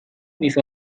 with